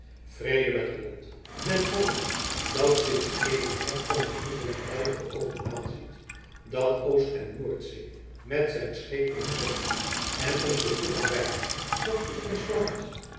vrede met holland met holland dat sinds eeuwen her onzen handel met nijdige oogen aanziet dat oost en noordzee met zijn schepen bedekt en ons den toegang weigert dat op ons vlamt